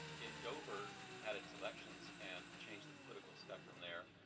if dover had its elections and changed the political spectrum there,